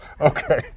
Okay